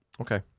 Okay